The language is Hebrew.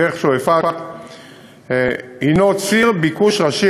ודרך שועפאט היא ציר ביקוש ראשי,